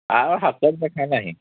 ଆଉ ହାତର ଦେଖା ନାହିଁ